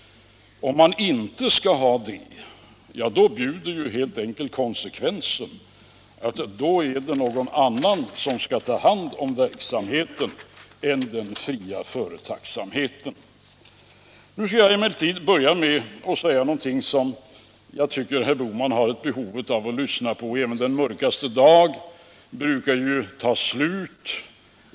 Om man inte skall ha den friheten, då bjuder ju helt enkelt konsekvensen att det är någon annan som skall ta hand om verksamheten än den fria företagsamheten. Nu skall jag emellertid börja med att säga någonting som jag tycker herr Bohman har ett behov av att lyssna på. Även den mörkaste dag brukar ju ta slut.